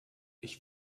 ich